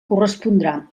correspondrà